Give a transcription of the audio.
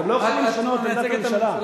אתם לא יכולים לשנות את עמדת הממשלה.